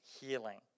healing